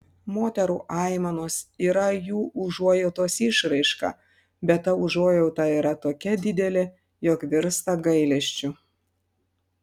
moterų aimanos yra jų užuojautos išraiška bet ta užuojauta yra tokia didelė jog virsta gailesčiu